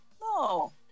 no